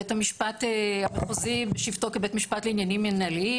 בית המשפט המחוזי בשבתו כבית משפט לעניינים מנהליים,